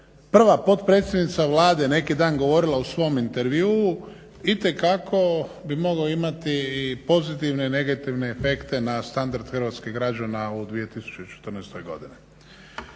prva potpredsjednica Vlade neki dan govorila u svom intervjuu itekako bi mogao imati i pozitivne i negativne efekte na standard hrvatskih građana u 2014.godini.